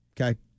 okay